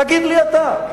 תגיד לי אתה.